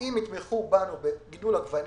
אם יתמכו בנו בגידול עגבנייה,